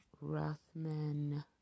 Rothman